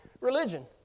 religion